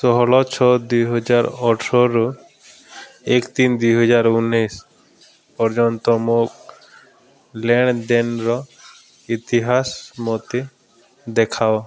ଷୋହଳ ଛଅ ଦୁଇ ହଜାର ଅଠରରୁ ଏକ ତିନି ଦୁଇ ହଜାର ଉଣେଇଶ ପର୍ଯ୍ୟନ୍ତ ମୋ ନେଣ ଦେଣର ଇତିହାସ ମୋତେ ଦେଖାଅ